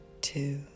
two